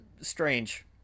strange